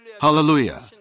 Hallelujah